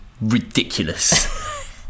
ridiculous